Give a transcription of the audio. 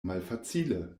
malfacile